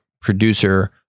producer